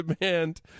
demand